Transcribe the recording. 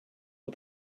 the